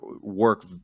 work